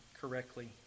Correctly